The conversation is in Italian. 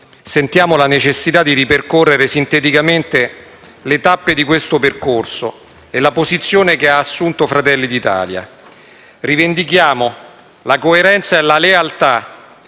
sentiamo la necessità di ripercorrere sinteticamente le tappe di questo percorso e la posizione che ha assunto Fratelli d'Italia. Rivendichiamo la coerenza e la lealtà